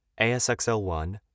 ASXL1